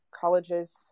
colleges